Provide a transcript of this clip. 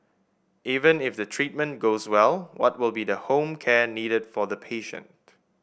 even if the treatment goes well what will be the home care needed for the patient